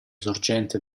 sorgente